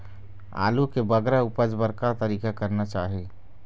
आलू के बगरा उपज बर का तरीका करना चाही?